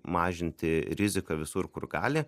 mažinti riziką visur kur gali